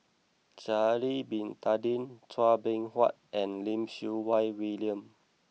Sha'ari bin Tadin Chua Beng Huat and Lim Siew Wai William